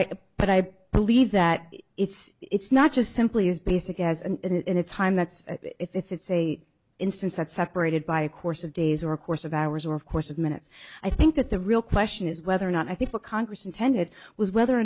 i but i believe that it's not just simply as basic as and in a time that's if it's a instance that separated by a course of days or a course of hours or of course of minutes i think that the real question is whether or not i think what congress intended was whether or